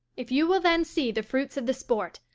if you will then see the fruits of the sport,